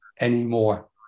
anymore